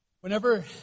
Whenever